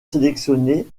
sélectionné